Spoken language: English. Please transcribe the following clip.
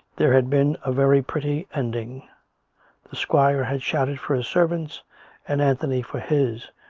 there had been a very pretty ending the squire had shouted for his servants and anthony for his,